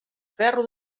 ferro